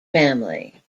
family